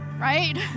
Right